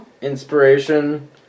inspiration